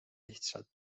lihtsalt